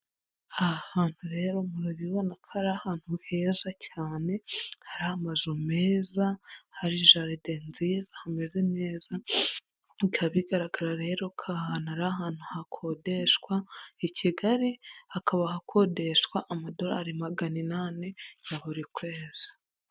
Aha hantu rero murabibona ko ari ahantu heza cyane, hari amazu meza, hari jaride nziza, hameze neza. Bikaba bigaragara rero ko aha ahantu ari ahantu hakodeshwa i Kigali, hakaba hakodeshwa amadolari magana inani ya buri kwezi.